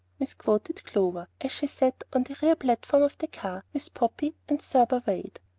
misquoted clover, as she sat on the rear platform of the car, with poppy, and thurber wade.